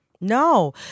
No